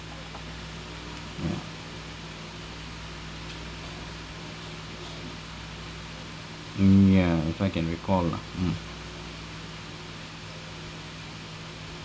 ya mm ya if I can recall lah mm